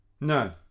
No